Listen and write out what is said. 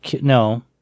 No